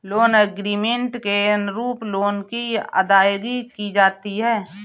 loan agreement के अनुरूप loan की अदायगी की जाती है